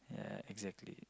yeah excatly